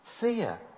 Fear